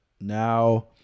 now